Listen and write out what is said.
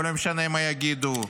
ולא משנה מה יגידו.